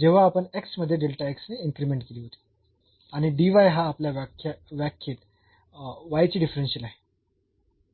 जेव्हा आपण मध्ये ने इन्क्रीमेंट केली होती आणि हा आपल्या व्याख्येत चे डिफरन्शियल आहे